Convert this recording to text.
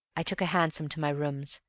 i took a hansom to my rooms.